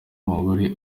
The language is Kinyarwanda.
mugore